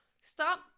Stop